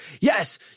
Yes